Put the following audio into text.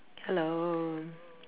hello